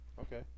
Okay